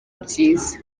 byiza